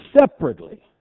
separately